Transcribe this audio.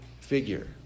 figure